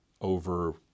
over